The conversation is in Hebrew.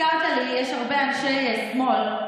הזכרת לי: יש הרבה אנשי שמאל,